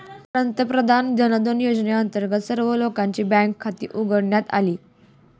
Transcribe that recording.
पंतप्रधान जनधन योजनेअंतर्गत सर्व लोकांची बँक खाती उघडण्यात आली